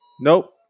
Nope